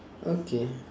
okay